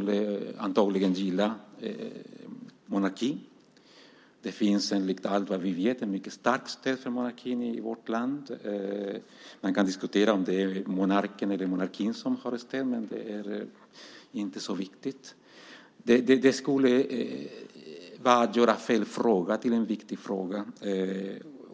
Vi vet att majoriteten gillar monarkin. Det finns enligt vad vi vet ett mycket starkt stöd för monarkin i vårt land. Man kan diskutera om det är monarken eller monarkin som har stöd, men det är inte så viktigt. Det skulle vara att göra fel fråga till en viktig fråga,